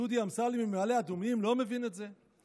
דודי אמסלם ממעלה אדומים לא מבין את זה?